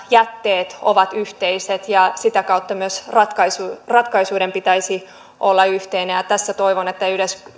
jätteet ovat yhteiset ja sitä kautta myös ratkaisun pitäisi olla yhteinen tässä toivon että